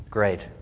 Great